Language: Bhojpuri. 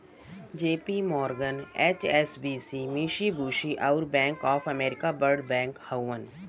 जे.पी मोर्गन, एच.एस.बी.सी, मिशिबुशी, अउर बैंक ऑफ अमरीका बड़ बैंक हउवन